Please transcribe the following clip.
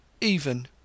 Even